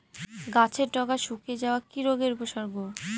গাছের ডগা শুকিয়ে যাওয়া কি রোগের উপসর্গ?